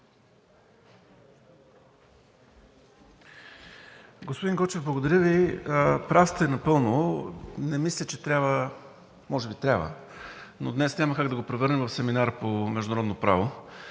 Господин Гочев, благодаря Ви. Прав сте напълно! Не мисля, че трябва, може би трябва, но днес няма как да го превърнем в семинар по международно право